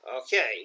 Okay